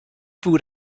food